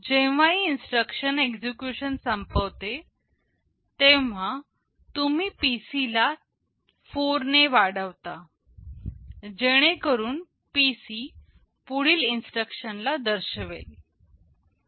जेव्हाही instruction execution संपवतो तेव्हा तुम्ही PC ला 4 ने वाढवता जेणेकरून PC पुढील इन्स्ट्रक्शन ला दर्शवेल